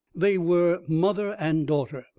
they were mother and daughter,